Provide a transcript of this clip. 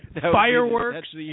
Fireworks